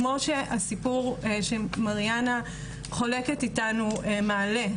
כמוש הסיפור של מריאנה חולקת איתנו מעלה,